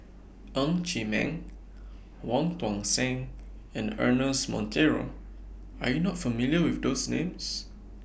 Ng Chee Meng Wong Tuang Seng and Ernest Monteiro Are YOU not familiar with those Names